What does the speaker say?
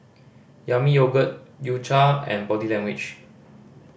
Yami Yogurt U Cha and Body Language